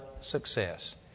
success